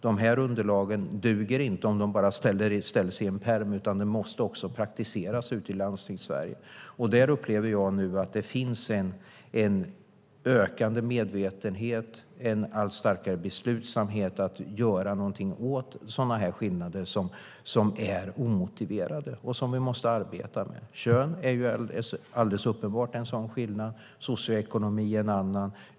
Dessa underlag duger inte om de bara sätts i en pärm, utan detta måste också praktiseras ute i Landstingssverige. Jag upplever att det där nu finns en ökande medvetenhet och en allt starkare beslutsamhet att göra någonting åt skillnader som är omotiverade och som vi måste arbeta med. Kön är alldeles uppenbart en sådan skillnad. Socioekonomi är en annan.